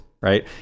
right